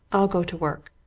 i'll go to work.